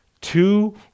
two